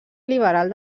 liberal